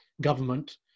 government